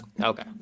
Okay